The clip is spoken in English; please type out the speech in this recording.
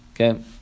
Okay